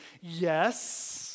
Yes